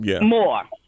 more